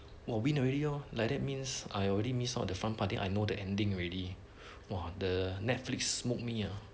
!wah! win already lor like that means I already missed on the front part I know the ending already !wah! the netflix smoke me ah